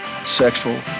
sexual